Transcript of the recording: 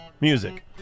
music